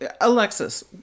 Alexis